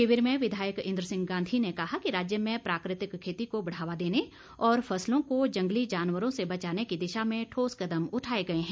शिविर में विधायक इंद्र सिंह गांधी ने कहा कि राज्य में प्राकृतिक खेती को बढ़ावा देने और फसलों को जंगली जानवरों से बचाने की दिशा में ठोस कदम उठाए गए हैं